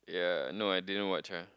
ya no I didn't watch ah